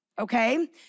okay